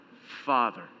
father